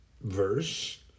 verse